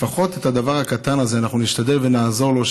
לפחות בדבר הקטן הזה אנחנו נשתדל ונעזור לו,